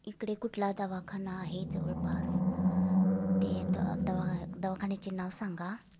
इकडे कुठला दवाखाना आहे जवळपास ते द दवा दवाखान्याचे नाव सांगा